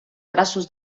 braços